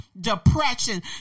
depression